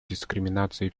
дискриминации